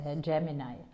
Gemini